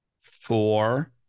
four